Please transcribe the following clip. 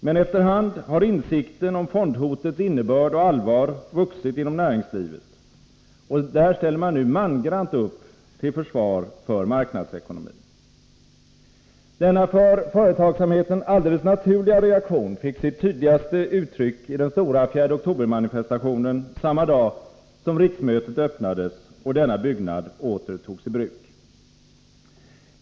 Men efter hand har insikten om fondhotets innebörd och allvar vuxit inom näringslivet, och där ställer man nu mangrant upp till försvar för marknadsekonomin. Denna för företagsamheten alldeles naturliga reaktion fick sitt tydligaste uttryck i den stora 4 oktober-manifestationen samma dag som riksmötet öppnades och denna byggnad åter togs i bruk.